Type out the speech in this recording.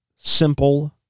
simple